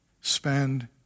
Spend